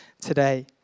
today